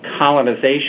colonization